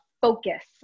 focus